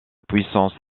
puissance